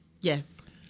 Yes